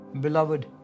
Beloved